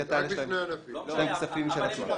לליגת העל יש כספים משל עצמה.